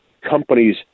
companies